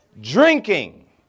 drinking